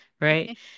right